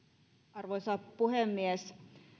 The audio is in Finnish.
arvoisa puhemies